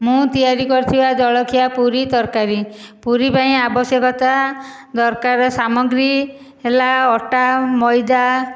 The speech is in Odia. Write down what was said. ମୁଁ ତିଆରି କରିଥିବା ଜଳଖିଆ ପୁରୀ ତରକାରି ପୁରୀ ପାଇଁ ଆବଶ୍ୟକତା ଦରକାର ସାମଗ୍ରୀ ହେଲା ଅଟା ମଇଦା